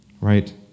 right